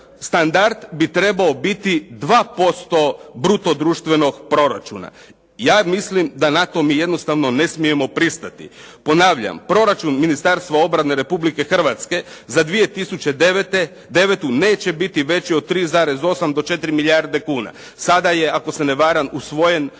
standard bi trebao biti 2% bruto društvenog proračuna. Ja mislim da na to mi jednostavno ne smijemo pristati. Ponavljam, proračun Ministarstva obrane Republike Hrvatske za 2009. neće biti veći od 3,8 do 4 milijarde kuna. Sada je, ako se ne varam usvojen u